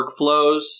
workflows